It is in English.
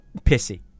pissy